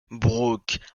brooke